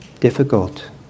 difficult